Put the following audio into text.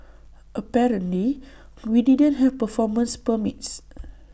apparently we didn't have performance permits